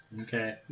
Okay